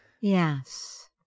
Yes